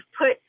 put